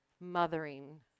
mothering